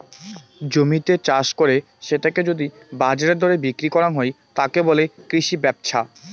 জমিতে চাষ করে সেটোকে যদি বাজারের দরে বিক্রি করাং হই, তাকে বলে কৃষি ব্যপছা